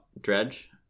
Dredge